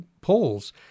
polls